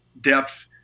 depth